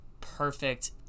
perfect